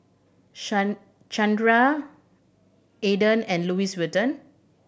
Chanira Aden and Louis Vuitton